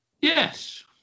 Yes